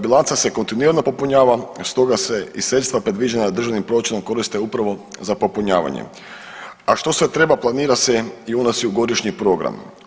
Bilanca se kontinuirano popunjava stoga se i sredstva predviđena državnim proračunom koriste upravo za popunjavanje, a što sve treba planira se i unosi u godišnji program.